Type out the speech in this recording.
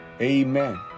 Amen